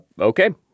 okay